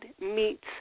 meets